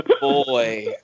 boy